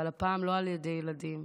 אבל הפעם לא על ידי ילדים,